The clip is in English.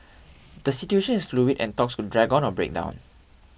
the situation is fluid and talks could drag on or break down